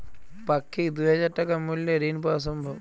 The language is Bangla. পাক্ষিক দুই হাজার টাকা মূল্যের ঋণ পাওয়া সম্ভব?